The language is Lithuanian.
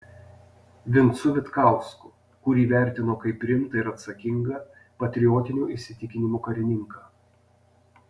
vincu vitkausku kurį vertino kaip rimtą ir atsakingą patriotinių įsitikinimų karininką